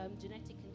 genetic